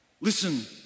Listen